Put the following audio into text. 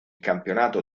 campionato